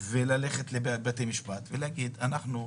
ללכת לבתי המשפט ולהגיד: אנחנו,